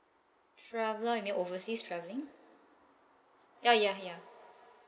traveller you mean overseas travelling ya ya ya